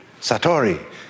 Satori